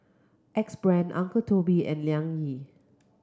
Axe Brand Uncle Toby and Liang Yi